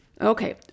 Okay